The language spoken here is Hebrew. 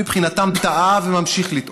העם מבחינתם טעה וממשיך לטעות.